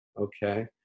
Okay